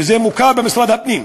וזה מוכר במשרד הפנים.